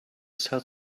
sell